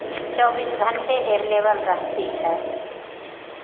चौबीस घंटे एवलेबल रहती है